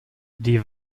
die